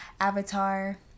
avatar